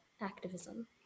activism